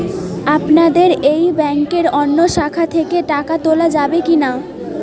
আপনাদের এই ব্যাংকের অন্য শাখা থেকে টাকা তোলা যাবে কি না?